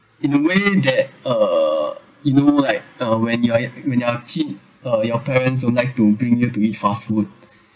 in a way that uh you know like uh when you are when you are kid uh your parents won't like to bring you to eat fast food